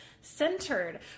centered